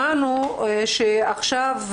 שמענו שעכשיו,